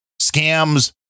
scams